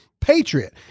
patriot